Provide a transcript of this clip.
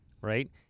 right